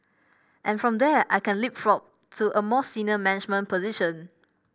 and from there I can leapfrog to a more senior management position